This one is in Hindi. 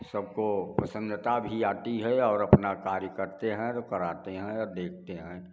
सब को प्रसन्नता भी आती है और अपना कार्य करते हैं और कराते हैं देखते हैं